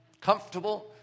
comfortable